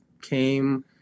came